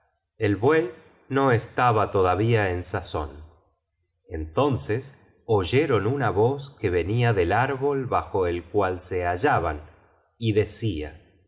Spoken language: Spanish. el buey no estaba todavía en sazon entonces oyeron una voz que venia del árbol bajo el cual se hallaban y decia